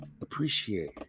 appreciate